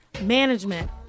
management